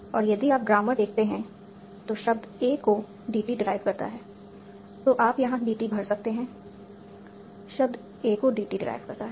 और यदि आप ग्रामर देखते हैं तो शब्द a को DT डेराईव करता है तो आप यहां DT भर सकते हैं शब्द a को DT डेराईव करता है